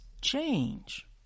change